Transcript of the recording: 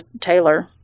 Taylor